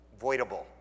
voidable